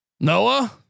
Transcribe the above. Noah